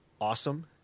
awesome